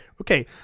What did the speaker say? Okay